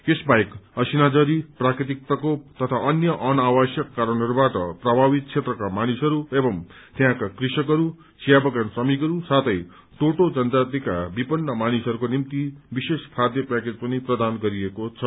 यस बाहेक असिना झरी प्राकृतिक प्रकोप तथा अन्य अनावश्यक कारणहरूबाट प्रमावित क्षेत्रका मानिसहरू एवं त्यहाँका कृषकहरू चियाबगान श्रमिकहरू साथै टोटो जनजातिका विपन्न मानिसहरूको निम्ति विशेष खाद्य प्याकेज पनि प्रदान गरिन्छ